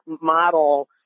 model